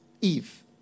Eve